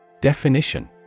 Definition